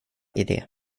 idé